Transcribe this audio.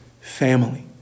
family